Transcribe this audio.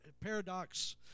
paradox